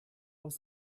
aus